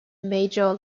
major